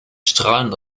strahlend